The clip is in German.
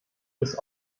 ist